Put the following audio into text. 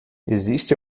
existe